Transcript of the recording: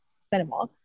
cinema